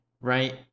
right